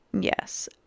Yes